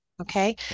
okay